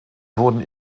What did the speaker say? wurden